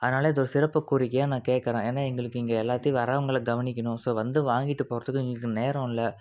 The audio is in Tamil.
அதனாலே இது ஒரு சிறப்பு கோரிக்கையாக நான் கேட்குறேன் ஏனால் எங்களுக்கு இங்கே எல்லாத்தையும் வரவங்களை கவனிக்கணும் ஸோ வந்து வாங்கிட்டு போறத்துக்கு எங்களுக்கு நேரம் இல்லை